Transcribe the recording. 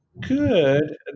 good